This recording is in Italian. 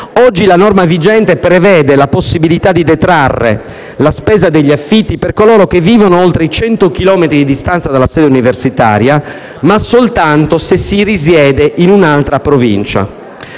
Oggi la norma vigente prevede la possibilità di detrarre la spesa dell'affitto per coloro che vivono oltre i 100 chilometri di distanza dalla sede universitaria, ma soltanto se si risiede in un'altra provincia.